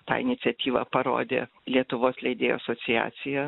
tą iniciatyvą parodė lietuvos leidėjų asociacija